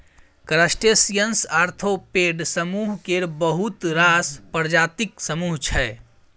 crustaceans arthropod समुह केर बहुत रास प्रजातिक समुह छै